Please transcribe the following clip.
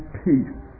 peace